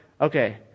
Okay